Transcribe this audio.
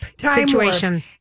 situation